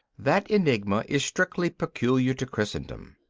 that enigma is strictly peculiar to christendom.